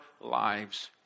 lives